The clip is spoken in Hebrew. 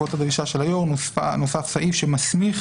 בעקבות הדרישה של היו"ר, נוסף סעיף שמסמיך